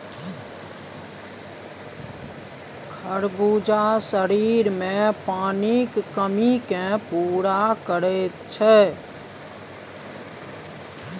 खरबूजा शरीरमे पानिक कमीकेँ पूरा करैत छै